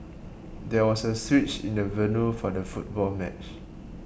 there was a switch in the venue for the football match